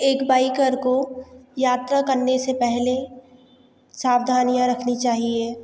एक बाइकर को यात्रा करने से पेहले सावधानियाँ रखनी चाहिए